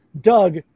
Doug